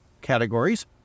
categories